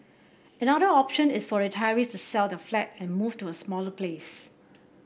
another option is for retirees to sell their flat and move to a smaller place